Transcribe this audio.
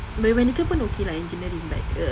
biomedical pun okay lah engineering but ugh